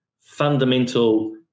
fundamental